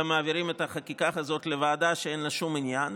ומעבירים את החקיקה הזאת לוועדה שאין לה שום עניין.